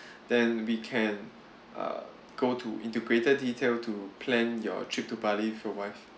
then we can uh go to into greater detail to plan your trip to bali for wife